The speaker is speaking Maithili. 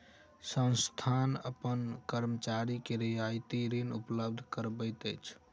संस्थान अपन कर्मचारी के रियायती ऋण उपलब्ध करबैत अछि